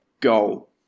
goal